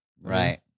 Right